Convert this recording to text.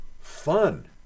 Fun